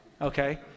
okay